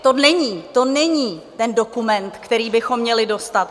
To není, to není ten dokument, který bychom měli dostat.